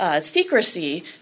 secrecy